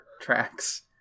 tracks